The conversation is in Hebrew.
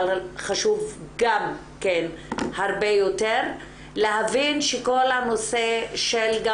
אבל חשוב גם כן הרבה יותר להבין שכל הנושא של גם